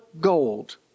gold